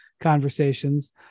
conversations